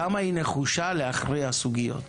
כמה היא נחושה להכריע סוגיות,